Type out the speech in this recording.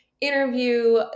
interview